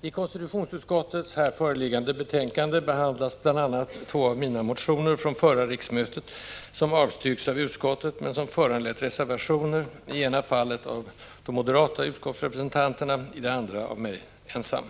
I konstitutionsutskottets här föreliggande betänkande behandlas bl.a. två av mina motioner från förra riksmötet, som avstyrks av utskottet, men som föranlett reservationer, i ena fallet av de moderata utskottsrepresentanterna, i det andra av mig ensam.